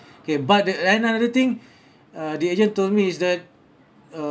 okay but the another thing uh the agent told me is that